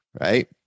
right